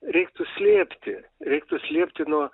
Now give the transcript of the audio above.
reiktų slėpti reiktų slėpti nuo